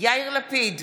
יאיר לפיד,